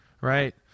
right